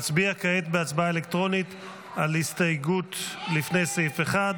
נצביע כעת בהצבעה אלקטרונית על הסתייגות לפני סעיף 1,